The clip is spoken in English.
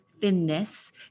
thinness